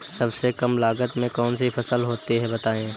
सबसे कम लागत में कौन सी फसल होती है बताएँ?